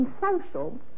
social